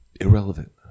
irrelevant